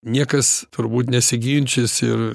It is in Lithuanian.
niekas turbūt nesiginčys ir